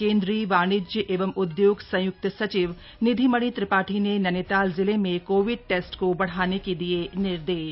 केंद्रीय वाणिज्य एवं उद्योग संयुक्त संचिव निधिमणि त्रिपाठी ने नैनीताल जिले में कोविड टेस्ट को बढ़ाने के दिये निर्देश